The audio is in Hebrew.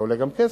וזה עולה כסף,